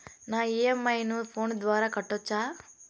నా ఇ.ఎం.ఐ ను ఫోను ద్వారా కట్టొచ్చా?